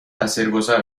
تاثیرگذار